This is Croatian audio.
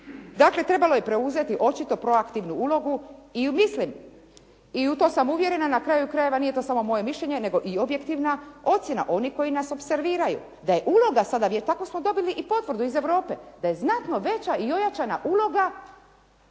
Dakle, trebalo je preuzeti proaktivnu ulogu i mislim i u to sam uvjerena i na kraju krajeva nije to samo moje mišljenje nego i objektivna ocjena onih koji nas opserviraju da je uloga. Jel' tako smo dobili i potvrdu iz Europe, da je znatno veća i ojačana uloga